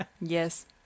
Yes